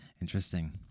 Interesting